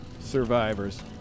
survivors